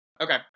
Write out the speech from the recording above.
okay